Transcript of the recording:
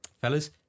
fellas